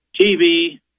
TV